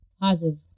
positive